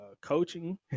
coaching